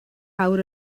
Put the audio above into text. awr